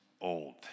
old